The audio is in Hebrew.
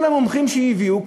כל המומחים שהביאו,